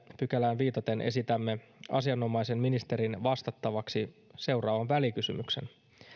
pykälään viitaten esitämme asianomaisen ministerin vastattavaksi seuraavan välikysymyksen